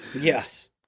Yes